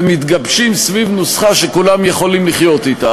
ומתגבשים סביב נוסחה שכולם יכולים לחיות אתה.